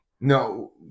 No